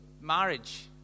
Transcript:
marriage